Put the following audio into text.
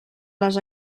les